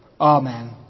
Amen